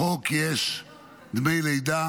בחוק יש דמי לידה